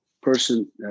person